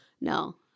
No